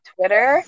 Twitter